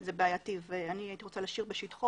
זה בעייתי ואני הייתי רוצה להשאיר "בשטחו",